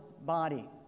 body